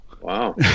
wow